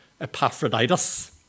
Epaphroditus